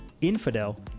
infidel